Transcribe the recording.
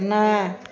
ନା